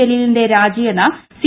ജലീലിന്റെ രാജി എന്ന് സി